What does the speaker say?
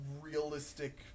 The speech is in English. realistic